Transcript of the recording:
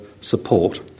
support